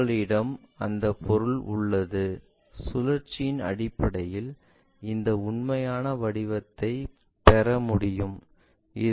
உங்களிடம் அந்த பொருள் உள்ளது சுழற்சிகளின் அடிப்படையில் இந்த உண்மையான வடிவத்தைப் பெறுவார் பெறமுடியும்